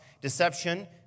deception